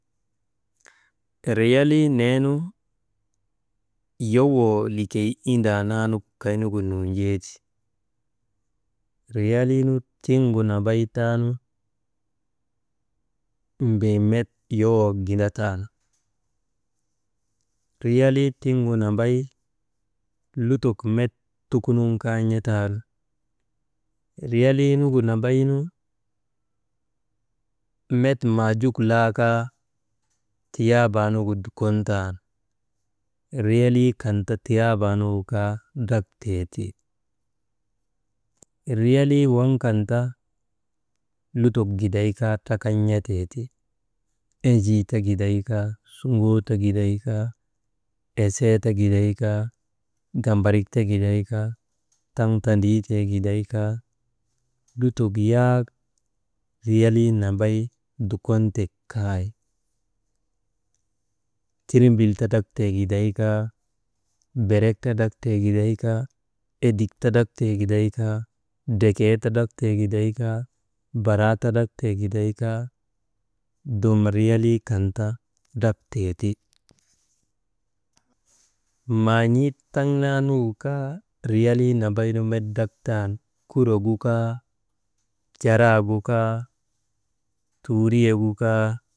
Riyalii neenu yowoo likey indaa naanu kaynugu nuujee ti, riyaliinu tiŋu nambaytaanu bee met yowoo gindataani, riyalii tiŋgu nambay lutok met tukunun kaa n̰ataani, riyaliinugu nambaynu met maajuk laakaa tiyaabaa nugu dikuntan, riyalii kan ti tiyaabaa nugu kaa drakteeti, riyaalii waŋ kan ta lutok giday kaa trakan n̰ateeti, enjii ta giday kaa, suŋoo ta giday kaa, esee ta giday kaa, gambarik ta giday kaa, taŋ ta ndiitee giday kaa, lutok yak riyalii nambay dukontek kay. Tirmbil ta drak tee giday kaa, berk ta drak tee giday kaa, edik ta drak tee giday kaa, ndrekee ta draktee giday kaa, baraa ta drak tee giday kaa dum riyalii kan ta drak teeti. Maan̰ii taŋ naa nun kaa, riyalii nambaynu met drak tan, kuro gu kaa jaraagu kaa, tuuriyagu kaa.